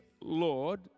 Lord